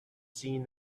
seen